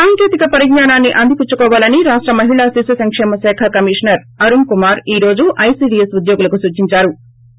సాంకేతిక పరిజ్ఞానాన్ని అందిపుచ్చుకోవాలని రాష్ట మహిళా శిశు సంక్షేమ శాఖ కమిషనర్ అరుణ్ కుమార్ ఈరోజు ఐసీడీఎస్ ఉద్యోగులకు సూచించారు